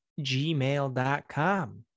gmail.com